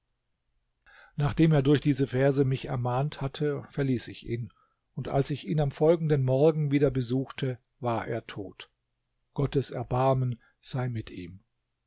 nachdem er durch diese verse mich ermahnt hatte verließ ich ihn und als ich ihn am folgenden morgen wieder besuchte war er tot gottes erbarmen sei mit